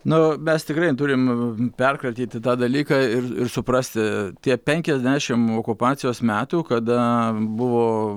na mes tikrai turim perkratyti tą dalyką ir ir suprasti tie penkiasdešimt okupacijos metų kada buvo